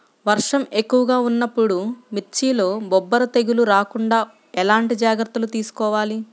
వర్షం ఎక్కువగా ఉన్నప్పుడు మిర్చిలో బొబ్బర తెగులు రాకుండా ఎలాంటి జాగ్రత్తలు తీసుకోవాలి?